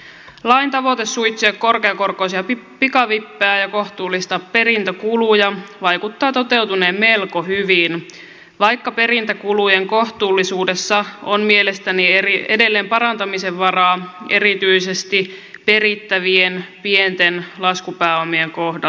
lain tavoite suitsia korkeakorkoisia pikavippejä ja kohtuullistaa perintäkuluja vaikuttaa toteutuneen melko hyvin vaikka perintäkulujen kohtuullisuudessa on mielestäni edelleen parantamisen varaa erityisesti perittävien pienten laskupääomien kohdalla